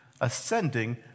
ascending